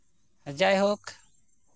ᱡᱟᱭᱦᱳᱠ